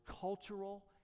cultural